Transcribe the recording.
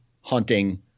hunting